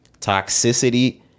toxicity